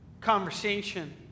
conversation